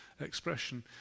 expression